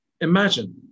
Imagine